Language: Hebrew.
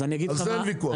אז על זה אין ויכוח.